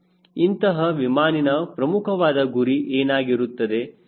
ಇಂತಹ ವಿಮಾನಿನ ಪ್ರಮುಖವಾದ ಗುರಿ ಏನಾಗಿರುತ್ತದೆ